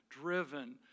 driven